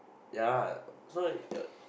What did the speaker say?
ya lah so that uh